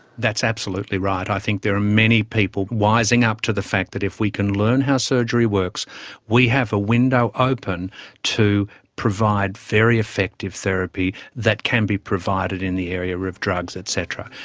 that's absolutely right. i think there are many people wising up to the fact that if we can learn how surgery works we have a window open to provide very effective therapy that can be provided in the area of drugs et cetera.